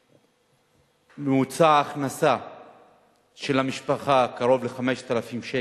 ממוצע ההכנסה של משפחה קרוב ל-5,000 שקל,